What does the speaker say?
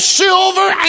silver